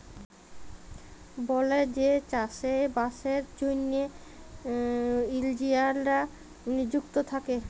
বলেযে চাষে বাসের জ্যনহে ইলজিলিয়াররা লিযুক্ত থ্যাকে